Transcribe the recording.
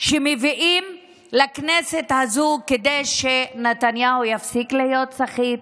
שמביאים לכנסת הזאת כדי שנתניהו יפסיק להיות סחיט,